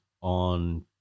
on